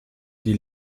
die